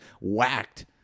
whacked